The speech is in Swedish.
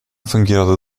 fungerade